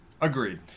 Agreed